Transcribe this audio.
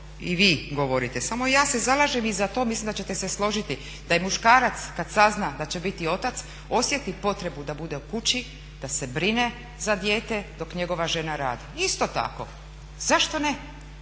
i vi govorite samo ja se zalažem i za to, mislim da ćete se složiti, da je muškarac kada sazna da će biti otac osjeti potrebu da bude u kući, da se brine za dijete dok njegova žena radi, isto tako. Zašto ne,